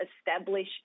establish